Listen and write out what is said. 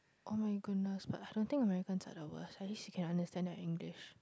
oh-my-goodness but I don't think Americans are the worse at least you can understand their English